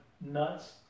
nuts